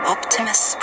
Optimus